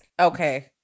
Okay